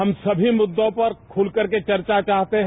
हम सभी मुद्रों पर खुलकर बर्चा चाहते हैं